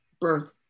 birth